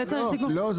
לא,